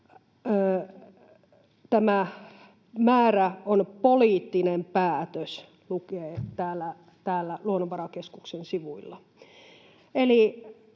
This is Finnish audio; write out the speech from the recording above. Tämä määrä on poliittinen päätös, lukee täällä Luonnonvarakeskuksen sivuilla.